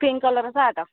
pink collar shirt